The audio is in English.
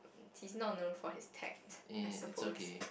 he's not known for his tact I suppose